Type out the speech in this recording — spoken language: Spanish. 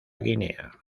guinea